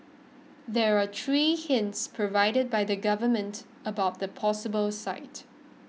there were three hints provided by the government about the possible site